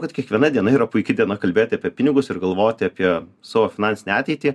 kad kiekviena diena yra puiki diena kalbėti apie pinigus ir galvoti apie savo finansinę ateitį